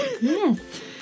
Yes